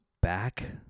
back